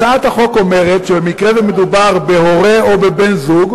הצעת החוק אומרת שבמקרה שמדובר בהורה או בבן-זוג,